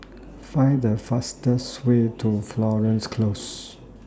Find The fastest Way to Florence Close